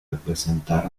representar